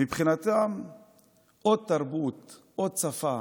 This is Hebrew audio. מבחינתם, תרבות או שפה